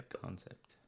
concept